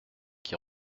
qui